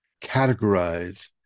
categorize